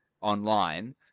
online